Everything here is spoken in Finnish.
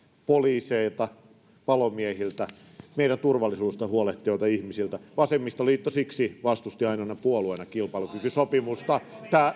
poliiseilta palomiehiltä meidän turvallisuudesta huolehtivilta ihmisiltä vasemmistoliitto siksi vastusti ainoana puolueena kilpailukykysopimusta